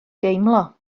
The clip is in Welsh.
deimlo